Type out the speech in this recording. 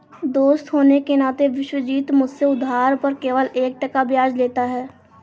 दोस्त होने के नाते विश्वजीत मुझसे उधार पर केवल एक टका ब्याज लेता है